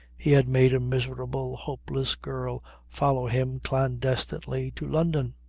he had made a miserable, hopeless girl follow him clandestinely to london.